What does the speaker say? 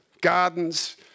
gardens